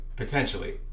Potentially